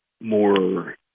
more